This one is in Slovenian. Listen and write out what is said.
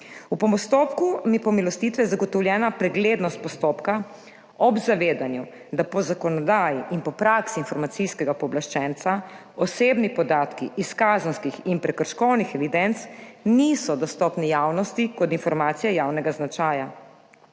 V postopku pomilostitve zagotovljena preglednost postopka ob zavedanju, da po zakonodaji in po praksi informacijskega pooblaščenca osebni podatki iz kazenskih in prekrškovnih evidenc niso dostopni javnosti kot informacije javnega značaja.